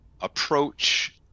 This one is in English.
approach